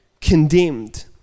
condemned